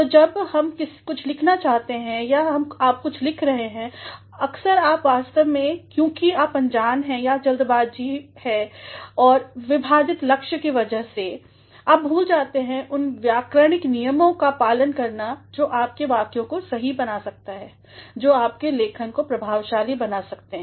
तो जब हम कुछ लिखते हैं या जब आप कुछ लिखते हैं अक्सर आप वास्तव में क्योंकि आप अनजान हैं या जल्दबाज़ी और विभजितलक्ष्यके वजह से आप भूल जाते हैं उन व्याकरणिक नियमों का पालन करना जो आपके वाक्योंको सही बना सकते हैं जो आपके लेखन को प्रभावशाली बना सकते हैं